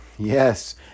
Yes